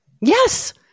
Yes